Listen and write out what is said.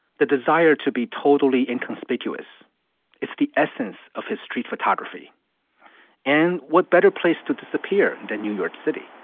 the desire to be totally inconspicuous is the essence of his street photography and what better place to disappear than new york city?